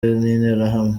n’interahamwe